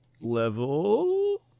Level